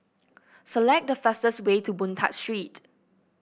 select the fastest way to Boon Tat Street